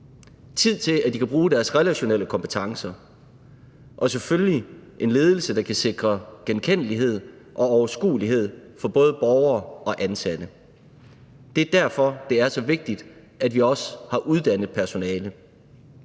tid til, at de kan bruge deres relationelle kompetencer; og selvfølgelig en ledelse, der kan sikre genkendelighed og overskuelighed for både borgere og ansatte. Det er derfor, det er så vigtigt, at vi også har uddannet personale.